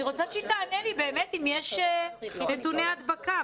אני רוצה שהיא תענה לי באמת האם יש נתוני הדבקה.